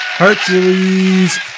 Hercules